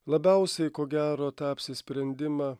labiausiai ko gero tą apsisprendimą